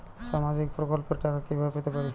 সামাজিক প্রকল্পের টাকা কিভাবে পেতে পারি?